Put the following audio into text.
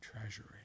Treasury